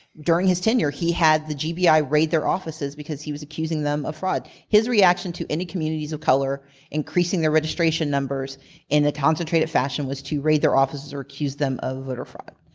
during his tenure, he had the gbi ah raid their offices because he was accusing them of fraud. his reaction to any communities of color increasing their registration numbers in a concentrated fashion was to raid their offices or accuse them of voter fraud.